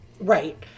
Right